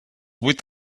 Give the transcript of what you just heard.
vuit